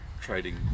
trading